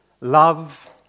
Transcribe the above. Love